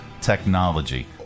technology